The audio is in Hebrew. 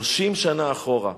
30 שנה אחורה,